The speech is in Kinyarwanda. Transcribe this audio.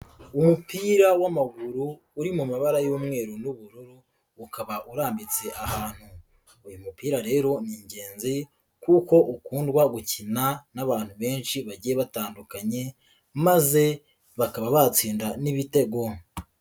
Umupira w'amaguru uri mu mabara y'umweru n'ubururu, ukaba urambitse ahantu, uyu mupira rero ni ingenzi kuko ukundwa gukina n'abantu benshi bagiye batandukanye, maze bakaba batsinda n'ibitego.